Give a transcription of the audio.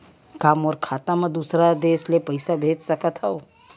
का मोर खाता म दूसरा देश ले पईसा भेज सकथव?